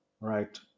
right